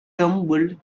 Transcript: tumbled